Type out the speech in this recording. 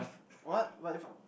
what what if